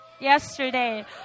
Yesterday